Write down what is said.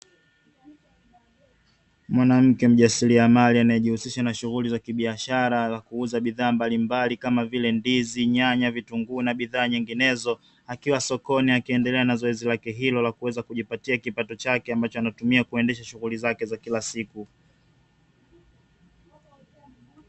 Mwanamke mjasiriamali anayejihusisha na shughuli za kibiashara za kuuza bidhaa mbalimbali, kama vile ndizi, nyanya, vitunguu na bidhaa nyinginezo; akiwa sokoni akiendelea na zoezi lake hilo, la kuweza kujipatia kipato chake ambacho anatumia kuendesha shughuli zake za kila siku.